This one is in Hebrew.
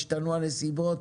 השתנו הנסיבות,